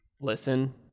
listen